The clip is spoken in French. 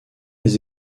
des